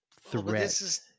threat